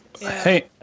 Hey